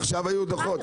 עכשיו היו דוחות,